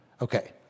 Okay